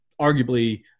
arguably